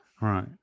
Right